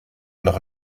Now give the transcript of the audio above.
noch